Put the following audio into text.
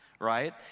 right